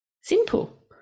simple